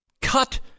Cut